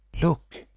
Look